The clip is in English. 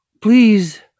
please